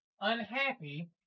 unhappy